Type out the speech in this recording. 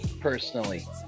personally